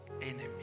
enemy